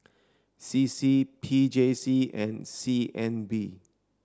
C C P J C and C N B